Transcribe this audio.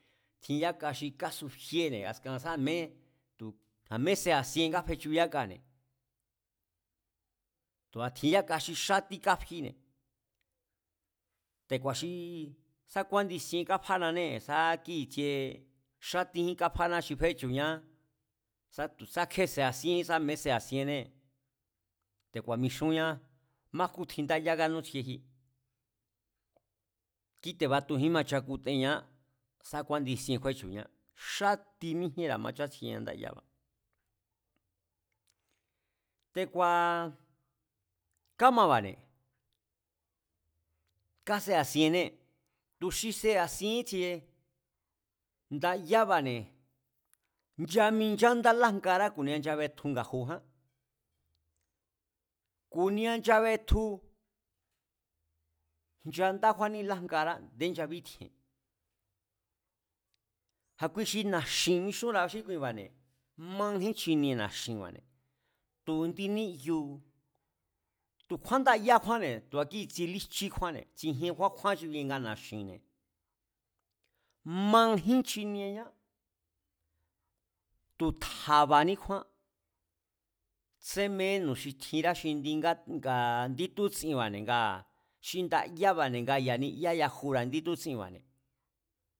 Tjin yáka xi kásufíene̱ askin sá a̱ndé a̱mé sea̱ sien nga fechu yákane̱, tu̱a tjin yaka xi xatí káfíne̱, te̱kua̱ xi sá ku̱a̱nchisien káfánanee̱ sá kíi̱tsie xatíjín kafána xi féchu̱ñá, sa kjé sea̱ síénjí sa a̱me sea̱ sinnée̱, te̱ku̱a̱ mixúnña májkú tjin ndáyá kánútsjieji. kíte̱ batujín machakutenñá sá kúánchisien káféchu̱ñá, xáti míjíénra̱ machátsjieña ndáyába̱. Te̱ku̱a̱ kámaba̱ne̱, sá kasa'a̱sienée̱, tu̱ xi sea̱ sien ítsie, ndayába̱ne̱ chaminchándá lájngará ku̱nia nchabetju nga̱ju̱jan, ku̱nia nchabetjun ncha ndá kjúánní lájngará a̱nde nchabítji̱e̱n, a̱ kui xi na̱xi̱n mi̱xúnra̱a xí kuiba̱ne̱, majín chinie na̱xi̱nba̱ne̱ tu̱ indi níyu tu̱kjúán ndayá kjúánne̱ tu̱a kíi̱tsie líjchí kjúánne̱, tsijien kjúán kjúán xi kui nga na̱xi̱nne̱, majín chinieñá, tu̱ tja̱ba̱ ní kjúán, tsemeínu̱ xi tjinra xi indí ngats, ngts, ngaa̱ indí tútsinba̱ne̱ ngaa̱ xi ndayaba̱ne̱ nga ya̱ni ya yajura̱ indí tútsinba̱ne̱